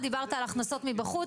דיברת על הכנסות מבחוץ,